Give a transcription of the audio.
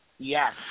Yes